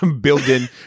building